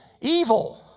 Evil